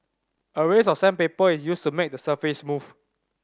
a range of sandpaper is used to make the surface smooth